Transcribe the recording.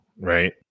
right